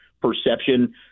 Perception